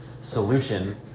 solution